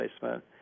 placement